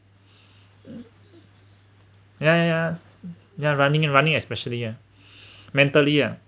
uh yeah yeah they're running running especially ah mentally ya